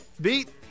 Beat